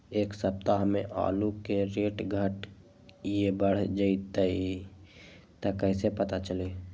एक सप्ताह मे आलू के रेट घट ये बढ़ जतई त कईसे पता चली?